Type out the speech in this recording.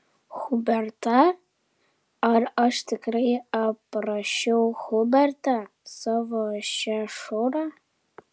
hubertą ar aš tikrai aprašiau hubertą savo šešurą